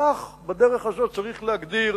כך, בדרך הזאת, צריך להגדיר